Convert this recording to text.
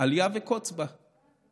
אליה וקוץ בה.